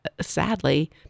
sadly